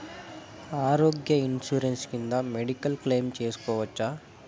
ఆరోగ్య ఇన్సూరెన్సు కింద medical claim సేసుకోవచ్చా?